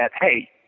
hey